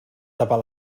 tapar